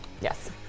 Yes